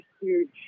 huge